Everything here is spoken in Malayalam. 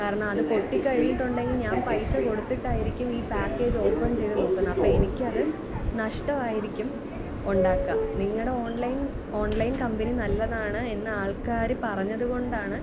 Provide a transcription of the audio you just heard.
കാരണം അത് പൊട്ടിക്കഴിഞ്ഞിട്ടുണ്ടെങ്കില് ഞാന് പൈസ കൊടുത്തിട്ടായിരിക്കും ഈ പാക്കേജ് ഓപ്പൺ ചെയ്തു നോക്കുന്നത് അപ്പോള് എനിക്കത് നഷ്ടമായിരിക്കും ഉണ്ടാക്കുക നിങ്ങളുടെ ഓൺലൈൻ ഓൺലൈൻ കമ്പനി നല്ലതാണ് എന്ന് ആള്ക്കാര് പറഞ്ഞതുകൊണ്ടാണ്